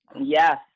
yes